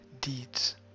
deeds